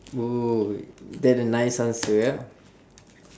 oh wait that a nice answer ya